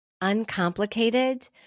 uncomplicated